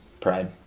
Pride